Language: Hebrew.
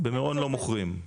במירון לא מוכרים.